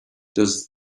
does